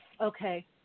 Okay